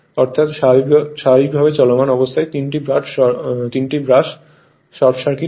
অর্থাৎ স্বাভাবিক চলমান অবস্থায় 3 টি ব্রাশ শর্ট সার্কিট হয়